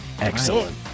Excellent